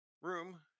room